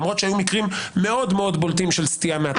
למרות שהיו מקרים מאוד מאוד בולטים של סטייה מהתקנון.